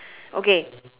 okay